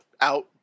out